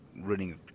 running